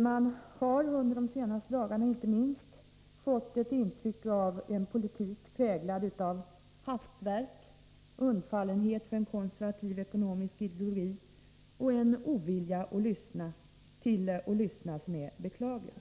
Man har inte minst under de senaste dagarna fått ett intryck av en politik präglad av hastverk, undfallenhet för en konservativ ekonomisk ideologi och en ovilja att lyssna som är beklaglig.